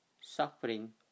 suffering